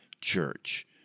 church